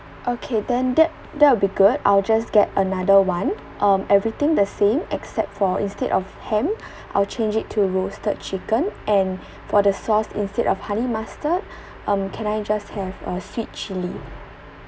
okay then that that would be good I'll just get another one um everything the same except for instead of ham I'll change it to roasted chicken and for the sauce instead of honey mustard um can I just have a sweet chili